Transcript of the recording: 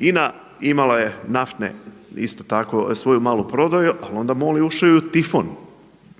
INA imala je naftne, isto tako svoju malu prodaju ali onda MOL je ušao i u Tifon.